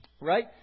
right